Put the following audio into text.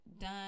done